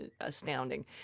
astounding